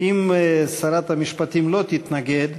אם שרת המשפטים לא תתנגד,